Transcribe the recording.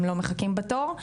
הם לא מחכים בתור,